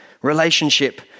relationship